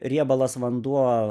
riebalas vanduo